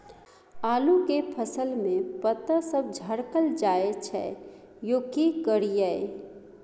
आलू के फसल में पता सब झरकल जाय छै यो की करियैई?